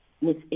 Miss